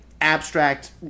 abstract